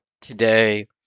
today